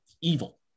evil